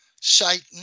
Satan